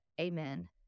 Amen